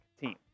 team